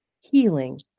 healing